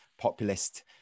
populist